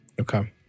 Okay